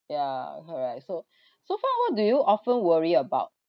ya correct so so far what do you often worry about